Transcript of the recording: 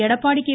Edappadi K